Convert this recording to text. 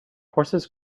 horses